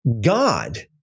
God